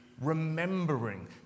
remembering